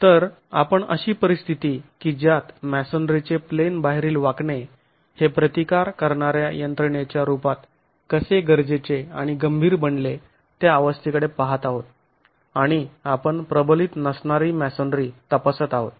तर आपण अशी परिस्थिती की ज्यात मॅसोनरीचे प्लेन बाहेरील वाकणे हे प्रतिकार करणार्या यंत्रणेच्या रूपात कसे गरजेचे आणि गंभीर बनले त्या अवस्थेकडे पहात आहोत आणि आपण प्रबलित नसणारी मॅसोनरी तपासत आहोत